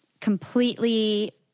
completely